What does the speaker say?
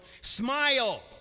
smile